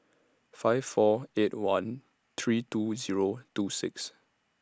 five four eight one three two Zero two six